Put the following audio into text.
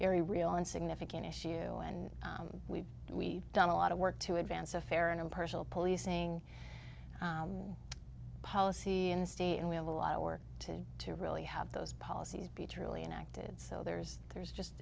very real and significant issue and we've we've done a lot of work to advance a fair and impartial policing policy and state and we have a lot of work to to really have those policies be truly enacted so there's there's just